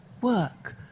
work